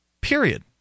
period